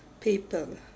people